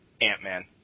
Ant-Man